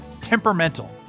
temperamental